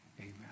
Amen